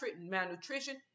malnutrition